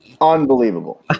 Unbelievable